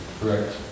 correct